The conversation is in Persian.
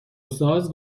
ساز